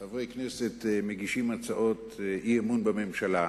חברי הכנסת מגישים הצעות אי-אמון בממשלה,